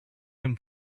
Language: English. him